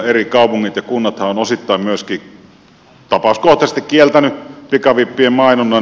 eri kaupungit ja kunnat ovat osittain myöskin tapauskohtaisesti kieltäneet pikavippien mainonnan